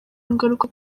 ingaruka